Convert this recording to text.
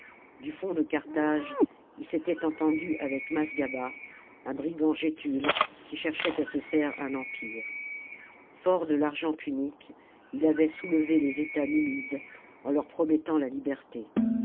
du fond de carthage il s'était entendu avec masgaba un brigand gétule qui cherchait à se faire un empire fort de l'argent punique il avait soulevé les etats numides en leur promettant la liberté